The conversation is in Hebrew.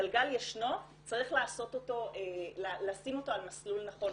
הגלגל ישנו, צריך לשים אותו על מסלול נכון.